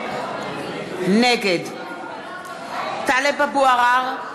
נגד טלב אבו עראר,